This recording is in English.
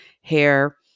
hair